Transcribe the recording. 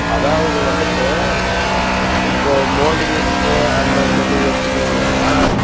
அதாவது வந்துட்டு இப்போது மோல்டு வீடு அன்னு சொல்லி எடுக்கின்னீங்கன்னால்